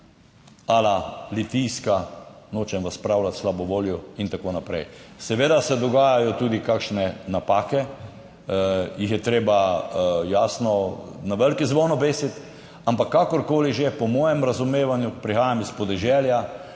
a la Litijska, nočem vas spravljati slabo voljo in tako naprej, seveda se dogajajo tudi kakšne napake, jih je treba jasno na veliki zvon obesiti. Ampak kakorkoli že, po mojem razumevanju prihajam iz podeželja,